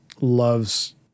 loves